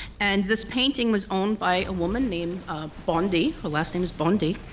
and this painting was owned by a woman named bondi, her last name was bondi,